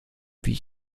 wie